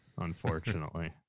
unfortunately